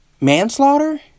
manslaughter